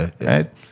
right